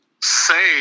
say